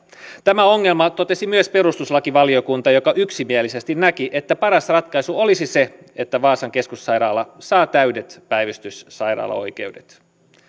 tämän ongelman totesi myös perustuslakivaliokunta joka yksimielisesti näki että paras ratkaisu olisi se että vaasan keskussairaala saa täydet päivystyssairaalaoikeudet